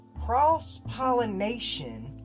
cross-pollination